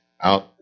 out